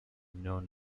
known